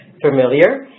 Familiar